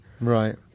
right